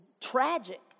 tragic